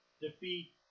defeat